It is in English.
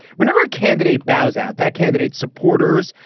whenever a candidate bows out, that candidate's supporters,